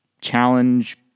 challenge